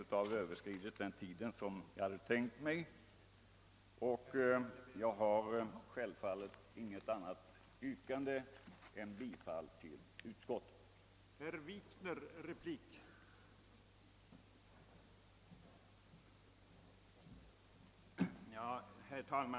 Herr talman! Jag har självfallet inget annat yrkande än om bifall till utskottets hemställan.